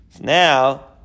Now